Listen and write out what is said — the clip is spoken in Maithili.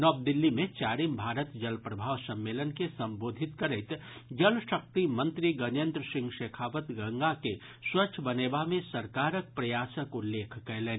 नव दिल्ली मे चारिम भारत जल प्रभाव सम्मेलन के संबोधित करैत जलशक्ति मंत्री गजेन्द्र सिंह शेखावत गंगा के स्वच्छ बनेबा मे सरकारक प्रयासक उल्लेख कयलनि